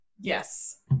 Yes